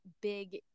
big